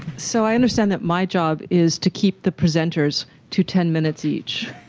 so i understand that my job is to keep the presenters to ten minutes each.